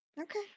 okay